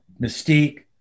Mystique